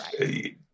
right